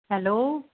hello